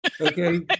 Okay